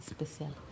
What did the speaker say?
especial